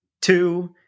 two